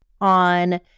on